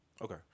Okay